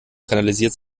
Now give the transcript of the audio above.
kanalisiert